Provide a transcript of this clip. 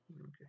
Okay